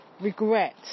regret